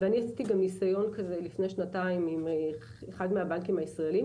וגם עשיתי ניסיון כזה לפני שנתיים עם אחד מהבנקים הישראליים